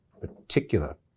particular